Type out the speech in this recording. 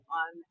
on